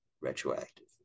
retroactive